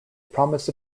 promise